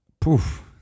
poof